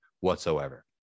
whatsoever